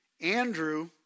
Andrew